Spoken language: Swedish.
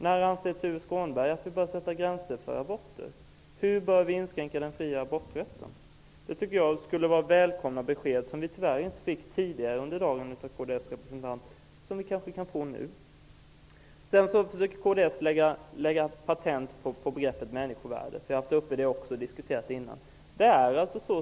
När anser Tuve Skånberg att vi bör sätta gränser för aborter? Hur bör vi inskränka den fria aborträtten? Det skulle enligt min uppfattning vara välkommet att få besked på de punkterna, eftersom vi tyvärr inte av kds representant i debatten tidigare under dagen fick några sådana besked. Kanske kan vi få det nu. Kds vill också ta patent på begreppet människovärdet -- även denna fråga har tagits upp tidigare.